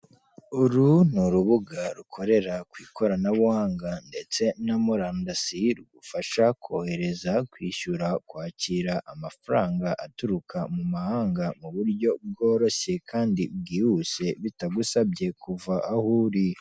Uru ni urubuga rukorera ku ikoranabuhanga ndetse na murandasi rugufasha kohereza, kwishyura, kwakira amafaranga aturuka mu mahanga mu buryo bworoshye kandi bwihuse bitagusabye kuva aho uri.